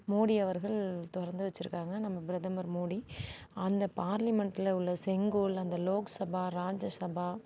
மோடி அவர்கள் திறந்து வச்சிருக்காங்க நம்ம பிரதமர் மோடி அந்த பார்லிமெண்ட்டில் உள்ள செங்கோல் அந்த லோக்சபா ராஜசபா